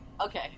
Okay